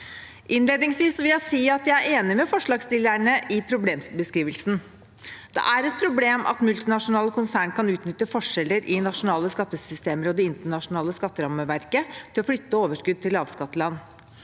Innledningsvis vil jeg si at jeg er enig med forslagsstillerne i problembeskrivelsen. Det er et problem at multinasjonale konsern kan utnytte forskjeller i nasjonale skattesystemer og det internasjonale skatterammeverket til å flytte overskudd til lavskattland.